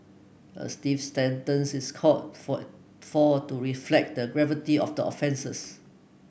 a stiff sentence is called for for all to reflect the gravity of the offences